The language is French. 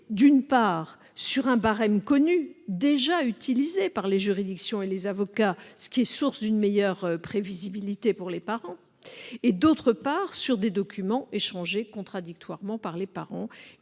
d'une part, sur le barème déjà utilisé par les juridictions et les avocats, ce qui sera source d'une meilleure prévisibilité pour les parents et, d'autre part, sur les documents échangés contradictoirement par les parents.